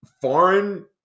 foreign